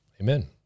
amen